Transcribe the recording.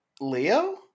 Leo